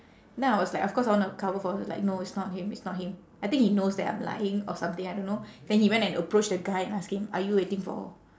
then I was like of course I wanna cover for her like no it's not him it's not him I think he knows that I'm lying or something I don't know then he went and approach the guy and ask him are you waiting for